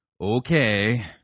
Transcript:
Okay